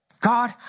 God